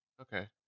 Okay